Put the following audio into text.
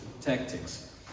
tactics